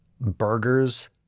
burgers